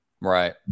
Right